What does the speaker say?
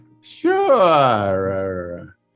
Sure